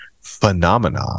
phenomena